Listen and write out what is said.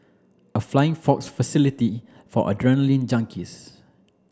a flying fox facility for adrenaline junkies